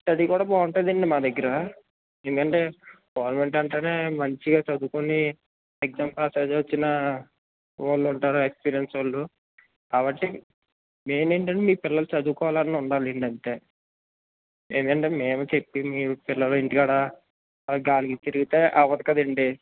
study కూడా బాగుంటుందండి మా దగ్గర ఎందుకంటే గవర్నమెంట్ అంటేనే మంచిగా చదువుకుని ఎగ్జామ్ పాసయ్యొచ్చిన వాళ్ళుంటారు ఎక్స్పీరియన్స్ వాళ్ళు కాబట్టి మెయిన్ ఏంటంటే మీ పిల్లలు చదువుకోవాలని ఉండాలండి అంతే లేదంటే మేము చెప్పింది పిల్లలు ఇంటికాడ గాలికి తిరుగుతే అవ్వదు కదండి